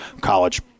college